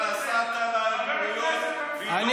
נסעת לאמירויות, פתאום אתה, לעסקים הקטנים.